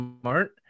smart